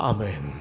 Amen